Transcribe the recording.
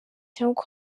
cyangwa